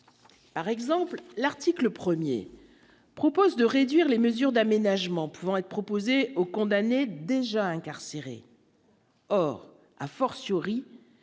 par exemple l'article 1er propose de réduire les mesures d'aménagement pouvant être proposés aux condamnés déjà incarcéré. Or, a fortiori